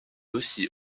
aussi